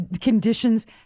conditions